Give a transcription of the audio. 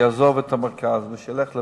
יעזוב את המרכז וילך לפריפריה,